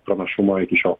pranašumą iki šiol